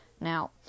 Now